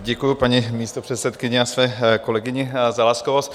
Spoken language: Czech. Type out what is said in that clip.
Děkuji paní místopředsedkyni a své kolegyni za laskavost.